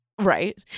Right